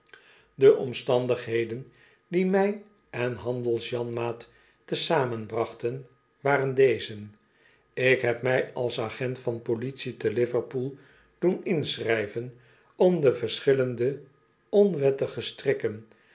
de omstandigheden die mij en handels janmaat te zamen brachten waren deze ik heb mij als agent van politie te liverpool doen inschrijven om de verschillende onwettige strikken